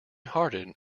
hearted